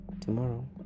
tomorrow